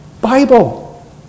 Bible